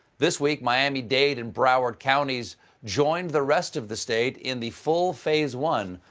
this week, miami-dade and broward counties joined the rest of the state in the full phase one.